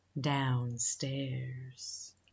downstairs